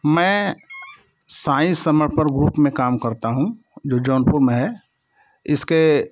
मैं साईं समर्पण ग्रुप में काम करता हूँ जो जौनपुर में है इसके